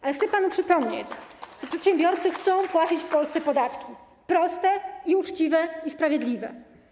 Ale chcę panu przypomnieć, że przedsiębiorcy chcą płacić w Polsce podatki proste i uczciwe, i sprawiedliwe.